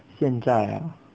现在啊